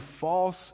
false